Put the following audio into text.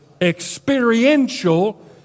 experiential